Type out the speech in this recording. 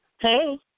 Hey